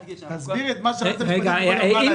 תסביר את מה שהיועצת המשפטית אמרה לנו.